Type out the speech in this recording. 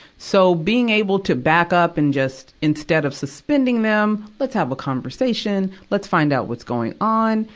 so, being able to back up and just, instead of suspending them, let's have a conversation. let's find out what's going on.